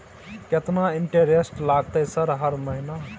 केतना इंटेरेस्ट लगतै सर हर महीना?